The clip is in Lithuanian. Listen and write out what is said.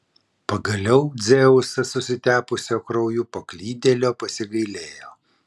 pagaliau dzeusas susitepusio krauju paklydėlio pasigailėjo